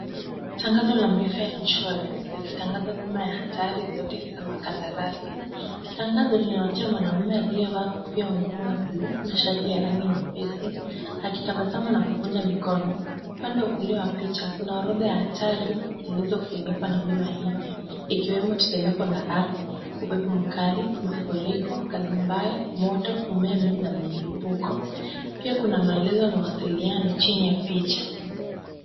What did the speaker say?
Tangazo la Mayfair Insurance ikitangaza bima ya hatari zote za wakandarasi. Tangazo linaonyesha mwanaume aliyevaa kofia ngumu ya bluu na shati ya rangi nyepesi, akitabasamu na kukunja mikono. Upande wa kulia wa picha kuna orodha ya hatari zilizofunikwa na bima hiyo, ikiwemo tetemeko la ardhi, upepo mkali, mafuriko, kazi mbaya, moto, umeme na milipuko. Pia kuna maelezo ya mawasiliano chini ya picha.